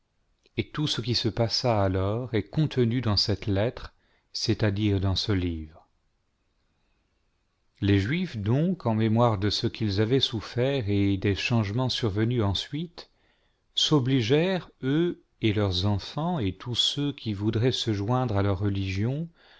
et tout ce qui se passa i vrs est contenu dans cette lettre c'est-à-dire dans ce livre les juifs donc en mémoire de ce qu'ils avaient souffert et des changements survenus ensuite s'obligèrent eux et leurs enfants et tous ceux qui voudraient se joindre à leur religion